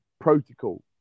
protocol